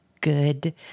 good